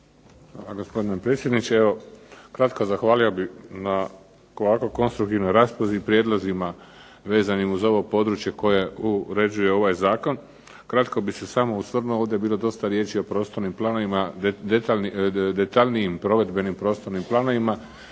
Hvala, gospodine predsjedniče. Evo kratko zahvalio bih na ovako konstruktivnoj raspravi i prijedlozima vezanim uz ovo područje koje uređuje ovaj zakon. Kratko bih se samo osvrnuo ovdje je bilo dosta riječi o prostornim planovima, detaljnijim provedbenim prostornim planovima.